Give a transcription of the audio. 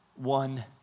One